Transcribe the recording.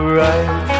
right